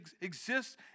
exists